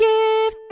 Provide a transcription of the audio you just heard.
Give